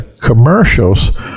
commercials